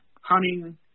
hunting